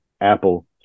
apple